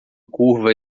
curva